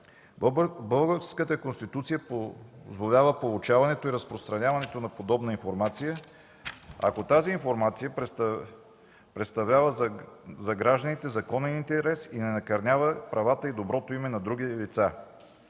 Българската конституция позволява получаването и разпространяването на подобна информация, ако тази информация представлява за гражданите законен интерес и не накърнява правата и доброто име на други лица